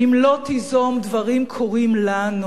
הרי, ראש הממשלה, אם לא תיזום, דברים קורים לנו,